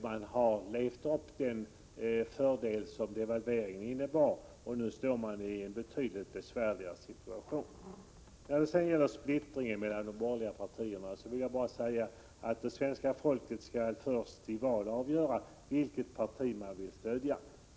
Man har levt upp den fördel som devalveringen innebar, och nu befinner man sig i en betydligt besvärligare situation. När det sedan gäller splittringen mellan de borgerliga partierna vill jag bara säga att svenska folket först i val skall avgöra vilket parti man vill stödja.